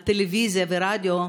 הטלוויזיה והרדיו,